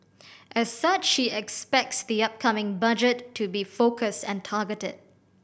as such he expects the upcoming budget to be focused and targeted